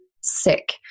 sick